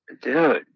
dude